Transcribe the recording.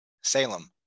salem